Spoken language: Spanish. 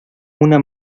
una